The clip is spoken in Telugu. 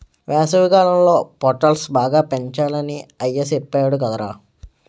వేసవికాలంలో పొటల్స్ బాగా పెంచాలని అయ్య సెప్పేడు కదరా